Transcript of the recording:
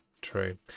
true